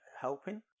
helping